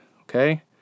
okay